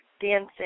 dancing